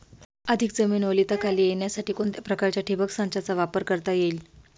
अधिक जमीन ओलिताखाली येण्यासाठी कोणत्या प्रकारच्या ठिबक संचाचा वापर करता येईल?